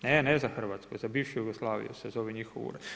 Ne, ne za Hrvatsku, za bivšu Jugoslaviju se zove njihov ured.